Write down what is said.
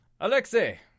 Alexei